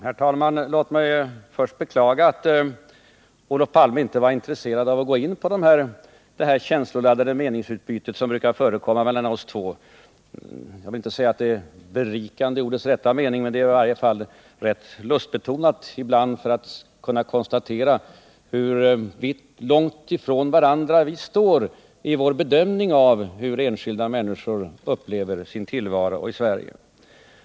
Herr talman! Låt mig först beklaga att Olof Palme inte var intresserad av att gå in på det känsloladdade meningsutbyte som brukar förekomma mellan oss två. Jag vill inte säga att det är berikande i ordets rätta mening, men det är i varje fall rätt upplysande att få konstaterat hur långt ifrån varandra vi står i vår bedömning av hur enskilda människor upplever sin tillvaro i Sverige.